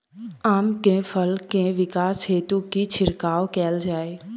आम केँ फल केँ विकास हेतु की छिड़काव कैल जाए?